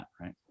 Right